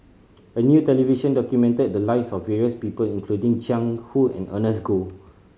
a new television documented the lives of various people including Jiang Hu and Ernest Goh